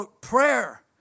Prayer